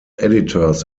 editors